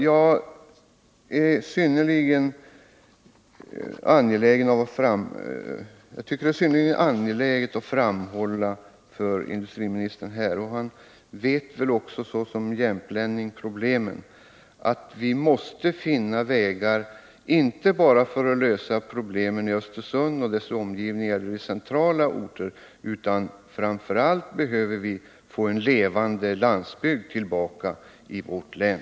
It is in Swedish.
Jag tycker att det är synnerligen angeläget att här framhålla för industriministern — såsom jämtlänning känner han också till problemen — att vi måste finna vägar, inte bara för att lösa problemen i Östersund och dess omgivningar med deras centrala orter, utan framför allt behöver vi få tillbaka en levande landsbygd i vårt län.